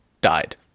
Died